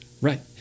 Right